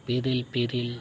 ᱯᱤᱨᱤᱞᱼᱯᱤᱨᱤᱞ